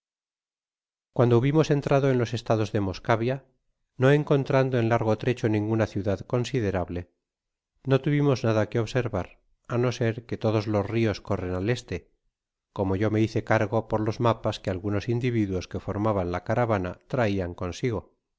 cuando hubimos entrado en los estados de moscavia no encontrando en largo trecho ninguna ciudad consirable no tuvimos nada que observar á no ser que todos los rios corren al este como yo me hice cargo por los mapas que algunos individuos que formaban la caravana traian consigo